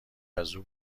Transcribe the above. ازاو